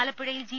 ആലപ്പുഴയിൽ ജി